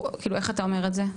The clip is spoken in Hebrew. איך אתה אומר את זה?